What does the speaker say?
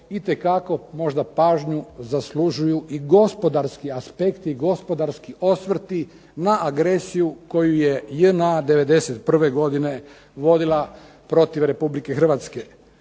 rekao, možda pažnju zaslužuju i gospodarski aspekti, gospodarski osvrti na agresiju koju je JNA 91. godine vodila protiv Republike Hrvatske.